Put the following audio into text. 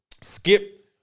Skip